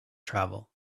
travel